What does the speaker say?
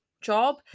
job